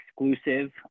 exclusive